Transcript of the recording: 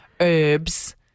herbs